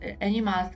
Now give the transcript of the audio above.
animals